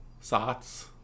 sots